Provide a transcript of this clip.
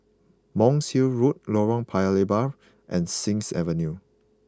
Monk's Hill Road Lorong Paya Lebar and Sings Avenue